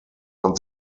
man